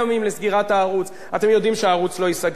אני מבקש להפסיק עם כל המעשים הלא-נבונים,